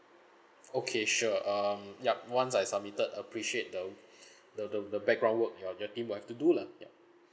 okay sure um yup once I submitted appreciate the w~ the the the background work your your team will have to do lah yup